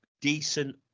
decent